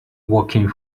working